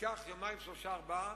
ייקח יומיים שלושה ארבעה.